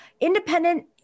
Independent